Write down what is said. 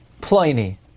Pliny